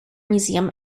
museum